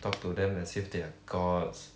talk to them as if they are gods